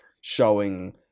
showing